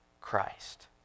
Christ